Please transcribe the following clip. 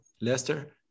Leicester